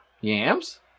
yams